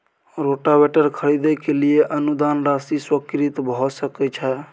Rotavator खरीदे के लिए अनुदान राशि स्वीकृत भ सकय छैय?